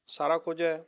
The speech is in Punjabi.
ਸਾਰਾ ਕੁਝ ਹੈ